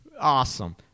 Awesome